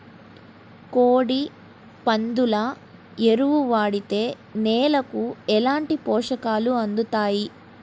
కోడి, పందుల ఎరువు వాడితే నేలకు ఎలాంటి పోషకాలు అందుతాయి